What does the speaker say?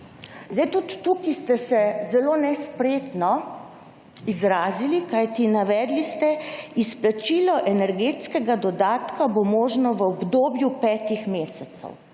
tudi tukaj ste se zelo nespretno izrazili, kajti navedli ste: »Izplačilo energetskega dodatka bo možno v obdobju petih mesecev«.